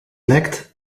lekt